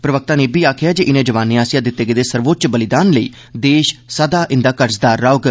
प्रवक्ता नै इब्बी आखेआ ऐ जे इनें जवाने आसेआ दित्ते गेदे सर्वोच्च बलिदान लेई राष्ट्र सदा इंदा कर्जदार रौह्ग